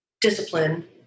discipline